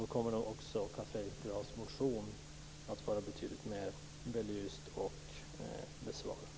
Då kommer också Carl Fredrik Grafs motion att vara betydligt mer belyst och besvarad.